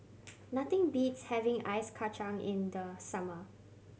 nothing beats having ice kacang in the summer